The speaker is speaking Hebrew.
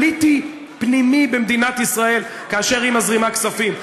פוליטי-פנימי במדינת ישראל כאשר היא מזרימה כספים.